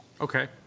Okay